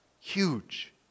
huge